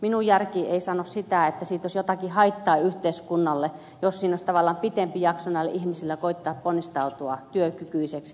minun järkeni ei sano sitä että siitä olisi jotakin haittaa yhteiskunnalle jos siinä olisi tavallaan pitempi jakso näillä ihmisillä koettaa ponnistautua työkykyiseksi